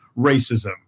racism